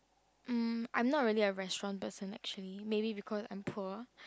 mm I am not a really restaurant person actually maybe because I am poor